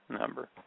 number